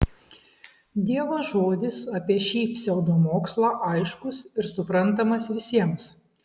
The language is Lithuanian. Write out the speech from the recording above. dievo žodis apie šį pseudomokslą aiškus ir suprantamas visiems